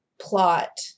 plot